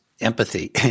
empathy